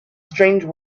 strange